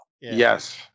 Yes